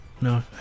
No